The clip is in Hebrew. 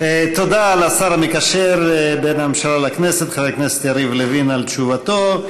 תודה לשר המקשר בין הממשלה לכנסת חבר הכנסת יריב לוין על תשובתו.